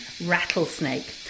rattlesnake